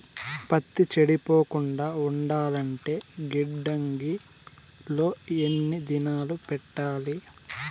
పత్తి చెడిపోకుండా ఉండాలంటే గిడ్డంగి లో ఎన్ని దినాలు పెట్టాలి?